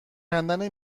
کندن